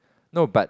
no but